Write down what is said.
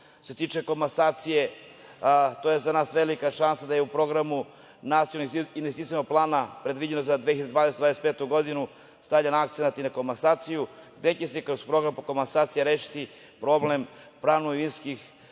se tiče komasacije, to je za nas velika šansa da u programu Nacionalnog investicionog plana predviđenom za 2025. godinu, stavljen akcenat i na komasaciju, gde će se kroz program komasacije rešiti problem pravno-imovinskih